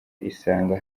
isanga